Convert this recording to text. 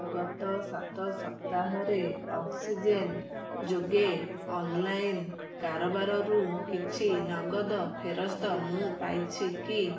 ଗତ ସାତ ସପ୍ତାହରେ ଅକ୍ସିଜେନ୍ ଯୋଗେ ଅନଲାଇନ କାରବାରରୁ କିଛି ନଗଦ ଫେରସ୍ତ ମୁଁ ପାଇଛି କି